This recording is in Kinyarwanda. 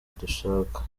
dushaka